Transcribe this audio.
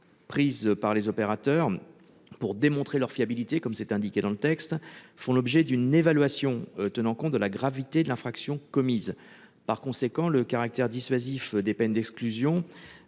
Prises par les opérateurs. Pour démontrer leur fiabilité, comme c'est indiqué dans le texte font l'objet d'une évaluation tenant compte de la gravité de l'infraction commise par conséquent le caractère dissuasif des peines d'exclusions.